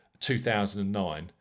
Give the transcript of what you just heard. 2009